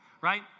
right